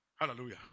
hallelujah